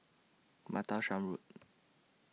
Martlesham Road